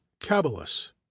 cabalus